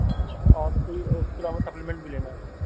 اچھا اور کوئی اس کے علاوہ سپلیمنٹ بھی لینا